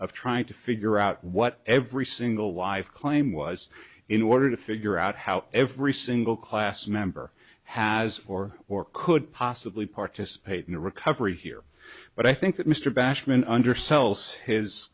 of trying to figure out what every single live claim was in order to figure out how every single class member has or or could possibly participate in the recovery here but i think that mr basham and undersells his